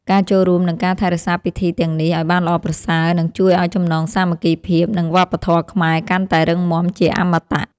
ការចូលរួម និងការថែរក្សាពិធីទាំងនេះឱ្យបានល្អប្រសើរ នឹងជួយឱ្យចំណងសាមគ្គីភាពនិងវប្បធម៌ខ្មែរកាន់តែរឹងមាំជាអមតៈ។